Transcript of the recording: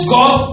God